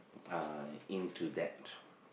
uh into that